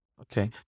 Okay